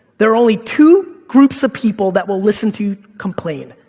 there are only two groups of people that will listen to you complain.